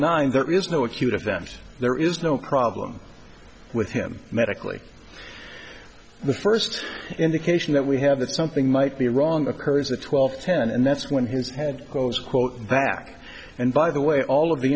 nine there is no acute event there is no problem with him medically the first indication that we have that something might be wrong of her is the twelve ten and that's when his close quote back and by the way all of the